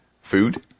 food